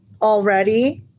already